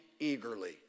eagerly